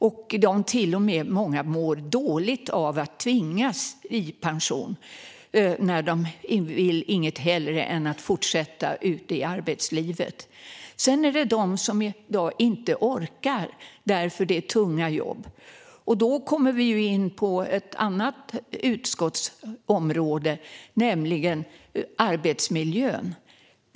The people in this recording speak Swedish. Många mår till och med dåligt av att tvingas i pension när de inget hellre vill än att fortsätta ut i arbetslivet. Sedan är det de som inte orkar för att de har tunga jobb. Då kommer vi in på ett annat utskotts område, för detta handlar om arbetsmiljö.